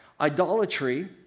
Idolatry